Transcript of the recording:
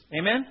Amen